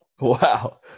Wow